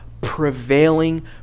prevailing